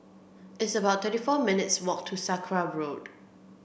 it's about twenty four minutes' walk to Sakra Road